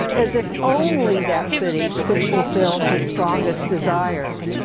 as if only that city could fulfill his strongest desires.